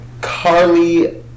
Carly